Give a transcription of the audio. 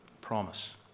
Promise